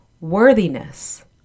worthiness